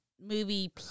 movie